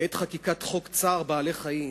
בעת חקיקת חוק צער בעלי-חיים,